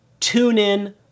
TuneIn